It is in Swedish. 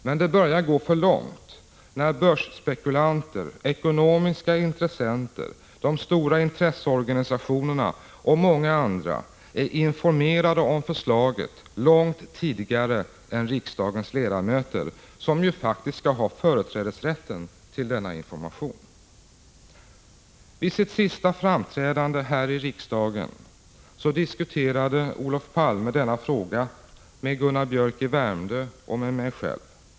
Men det börjar gå för långt när börsspekulanter, ekonomiska intressenter, de stora intresseorganisationerna och många andra är informerade om förslaget långt tidigare än riksdagens ledamöter, som ju faktiskt skall ha företrädesrätten till denna information. Vid sitt sista framträdande här i riksdagen diskuterade Olof Palme denna fråga med Gunnar Biörck i Värmdö och med mig.